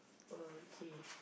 okay